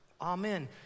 amen